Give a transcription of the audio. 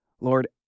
Lord